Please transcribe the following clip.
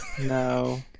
No